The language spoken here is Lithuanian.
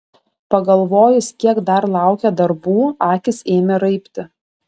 pagalvojus kiek dar laukia darbų akys ėmė raibti